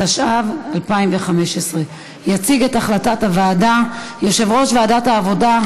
התשע"ו 2015. יציג את החלטת הוועדה יושב-ראש ועדת העבודה,